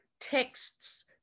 texts